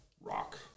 rock